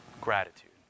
Gratitude